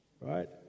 right